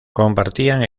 compartían